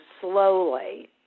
slowly